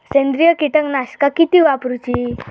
सेंद्रिय कीटकनाशका किती वापरूची?